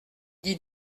dit